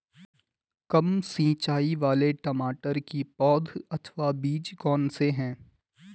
कम सिंचाई वाले टमाटर की पौध अथवा बीज कौन से हैं?